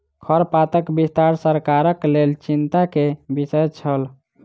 खरपातक विस्तार सरकारक लेल चिंता के विषय छल